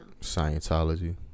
Scientology